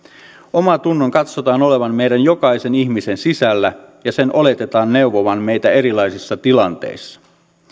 omantunnon katsotaan olevan meidän jokaisen ihmisen sisällä ja sen oletetaan neuvovan meitä erilaisissa tilanteissa